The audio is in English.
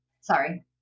sorry